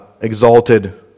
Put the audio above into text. exalted